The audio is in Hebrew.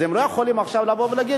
אז הם לא יכולים עכשיו לבוא ולהגיד,